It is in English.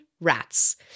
Rats